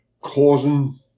causing